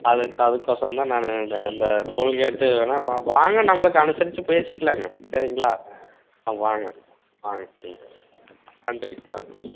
அதுக்கு அதுக்கு ஒசரம் தான் நான் இந்த டோல் கேட்டு வேணா வா வாங்க நம்மளுக்கு அனுசரிச்சு பேசிக்கலாங்க சரிங்களா வாங்க வாங்க ம் நன்றி வாங்க